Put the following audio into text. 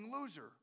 loser